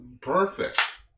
Perfect